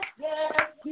yes